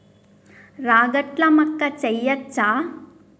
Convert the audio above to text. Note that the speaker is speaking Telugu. రాగట్ల మక్కా వెయ్యచ్చా?